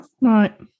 Right